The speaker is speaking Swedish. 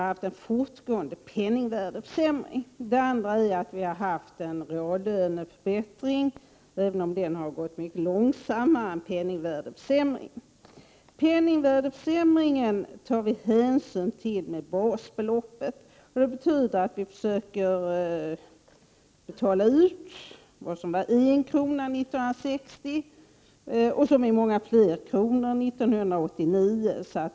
Den ena är den fortgående penningvärdeförsämringen, den andra är reallöneförbättringen — även om den har gått mycket långsammare än penningvärdeförsämringen. Penningvärdeförsämringen tar vi hänsyn till genom basbeloppet. Det betyder att vi försöker betala ut vad som var en krona 1960 och som alltså är många fler kronor 1989.